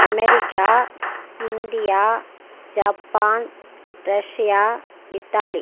America India Japan Russia Italy